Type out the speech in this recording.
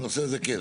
בנושא הזה כן.